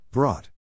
Brought